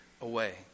away